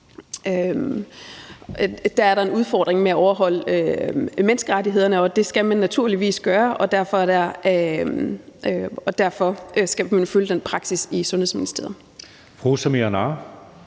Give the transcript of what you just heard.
Der er der en udfordring med at overholde menneskerettighederne, og det skal man naturligvis gøre, og derfor skal man følge den praksis i Sundhedsministeriet.